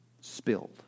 spilled